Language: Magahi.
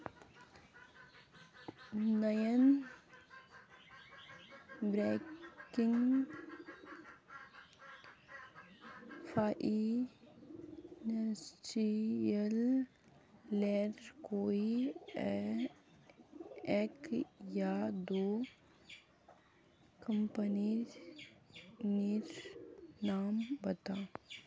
नॉन बैंकिंग फाइनेंशियल लेर कोई एक या दो कंपनी नीर नाम बता?